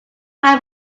how